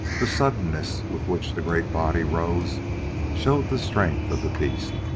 the suddenness with which the great body rose showed the strength of the beast.